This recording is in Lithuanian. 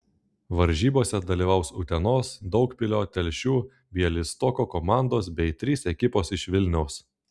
varžybose dalyvaus utenos daugpilio telšių bialystoko komandos bei trys ekipos iš vilniaus